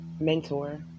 Mentor